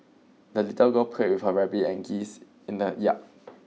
the little girl played with her rabbit and geese in the yard